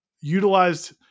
utilized –